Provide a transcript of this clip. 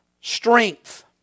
strength